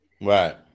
right